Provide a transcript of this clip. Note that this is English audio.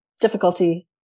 difficulty